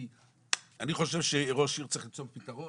כי אני חושב שראש עיר צריך למצוא פתרון,